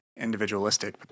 individualistic